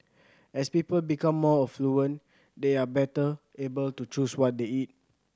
as people become more affluent they are better able to choose what they eat